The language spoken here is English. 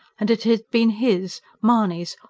and it had been his mahony's,